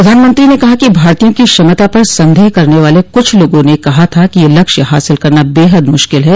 प्रधानमत्री ने कहा कि भारतीयों की क्षमता पर संदेह करने वाले कछ लोगों ने कहा था कि यह लक्ष्य हासिल करना बेहद मुश्किल है